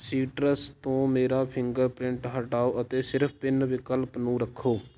ਸੀਟਰਸ ਤੋਂ ਮੇਰਾ finger print ਹਟਾਓ ਅਤੇ ਸਿਰਫ਼ ਪਿੰਨ ਵਿਕਲਪ ਨੂੰ ਰੱਖੋ